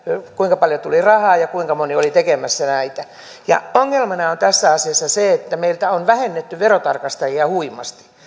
kuinka paljon tuli rahaa ja ja kuinka moni oli tekemässä näitä ongelmana on tässä asiassa se että meiltä on vähennetty verotarkastajia huimasti